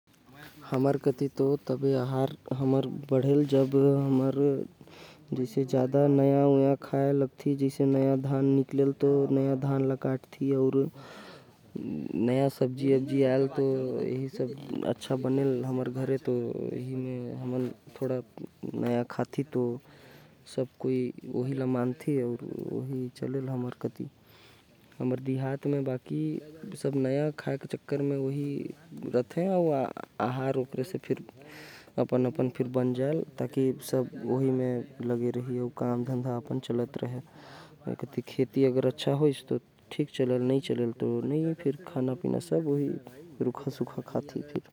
नवा नवा अनाज अउ धान ल अपन खाना म जोड़। के कोइयो अपन खान पान ल बढ़ा सकत हवे। बाहर के खाना भी अपन आहार म जोड़ सकत ह। हमर देहात कति जबभी नया धान अउ नवा सब्जी आथे। तबे हमर आहार म बढ़ोतरी होथे।